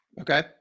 Okay